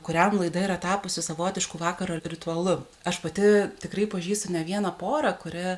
kuriam laida yra tapusi savotišku vakaro ritualu aš pati tikrai pažįstu ne vieną porą kuri